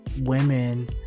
women